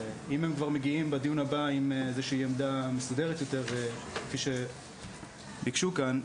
ואם הם כבר מגיעים בדיון הבא עם עמדה מסודרת יותר כפי שביקשו כאן,